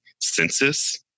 census